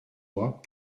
mois